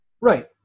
Right